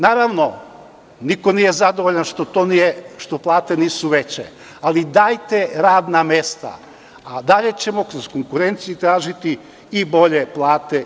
Naravno, niko nije zadovoljan što plate nisu veće, ali dajte radna mesta, a dalje ćemo kroz konkurenciju tražiti i bolje plate.